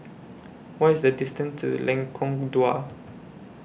What IS The distance to Lengkong Dua